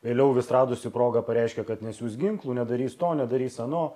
vėliau vis radusi progą pareiškė kad nesiųs ginklų nedarys to nedarys ano